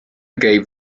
gave